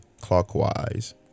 clockwise